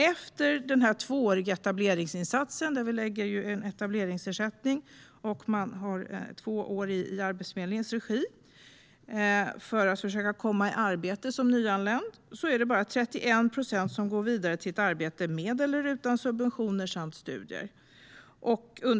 Efter den tvååriga etableringsinsatsen, med etableringsersättning och två år i Arbetsförmedlingens regi för att försöka komma i arbete som nyanländ, är det bara 31 procent som går vidare till arbete med eller utan subventioner samt studier.